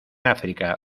áfrica